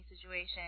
situation